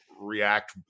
react